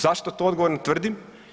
Zašto to odgovorno tvrdim?